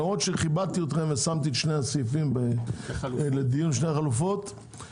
למרות שכיבדתי אתכם ושמתי את שני הסעיפים בדיון בשתי החלופות,